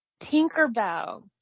Tinkerbell –